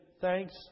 thanks